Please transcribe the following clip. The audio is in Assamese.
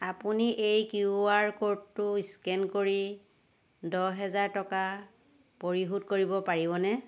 আপুনি এই কিউ আৰ ক'ডটো স্কেন কৰি দহ হেজাৰ টকা পৰিশোধ কৰিব পাৰিবনে